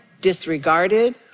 disregarded